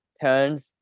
turns